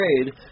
trade